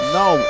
no